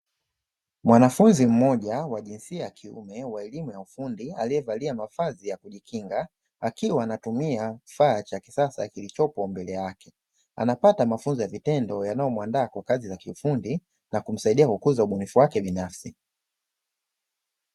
Mwanafunzi mmoja wa jinsia ya kiume wa elimu ya ufundi aliyevalia mavazi ya kujikinga, akiwa anatumia kifaa cha kisasa kilichopo mbele yake, anapata mafunzo ya vitendo yanayomuandaa kwa kazi za kiufundi na kumsaidia kukuza ubunifu wake binafsi.